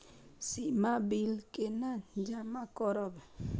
सीमा bill केना जमा करब?